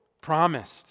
promised